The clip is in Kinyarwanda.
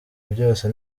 byose